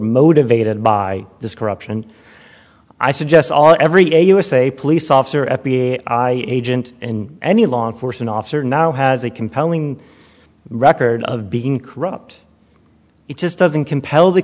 motivated by this corruption i suggest all every a usa police officer at the agent in any law enforcement officer now has a compelling record of being corrupt it just doesn't compel t